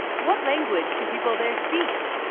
what language do people there speak?